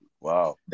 Wow